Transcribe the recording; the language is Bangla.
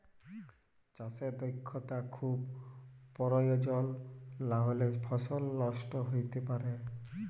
চাষে দক্ষতা খুব পরয়োজল লাহলে ফসল লষ্ট হ্যইতে পারে